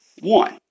One